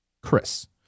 Chris